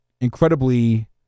incredibly